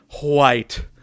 white